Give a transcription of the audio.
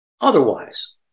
otherwise